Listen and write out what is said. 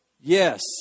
Yes